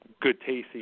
good-tasting